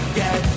get